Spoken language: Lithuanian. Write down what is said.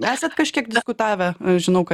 esat kažkiek diskutavę žinau ką